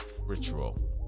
ritual